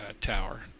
Tower